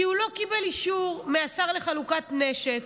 כי הוא לא קיבל אישור מהשר לחלוקת נשק.